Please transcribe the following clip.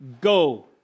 go